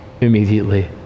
immediately